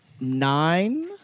nine